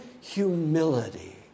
humility